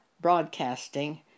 broadcasting